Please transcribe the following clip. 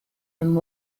and